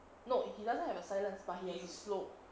no he doesn't have a silence but he has a slope